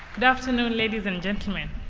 good afternoon ladies and gentlemen.